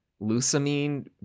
Lusamine